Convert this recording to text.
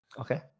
Okay